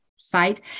site